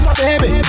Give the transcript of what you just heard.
baby